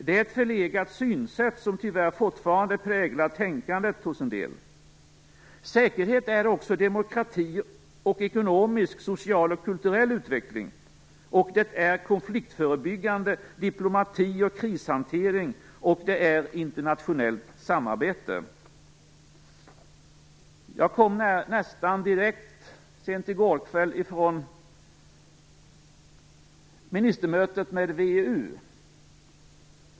Det är ett förlegat synsätt som tyvärr fortfarande präglar tänkandet hos en del. Säkerhet är också demokrati och ekonomisk, social och kulturell utveckling, det är konfliktförebyggande diplomati och krishantering samt internationellt samarbete. Jag kom sent i går kväll från ministermötet med VEU.